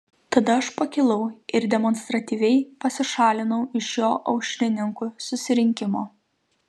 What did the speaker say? tada aš pakilau ir demonstratyviai pasišalinau iš šio aušrininkų susirinkimo